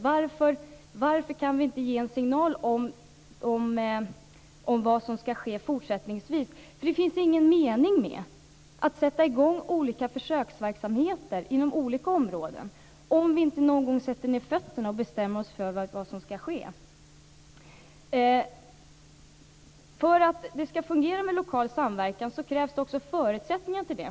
Varför kan vi inte ge en signal om vad som skall ske fortsättningsvis? Det finns ingen mening med att sätta i gång olika försöksverksamheter inom olika områden om vi inte någon gång sätter ned foten och bestämmer oss för vad som skall ske. För att det skall fungera med lokal samverkan krävs det förutsättningar till det.